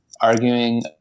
arguing